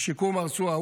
שיקום הרצועה,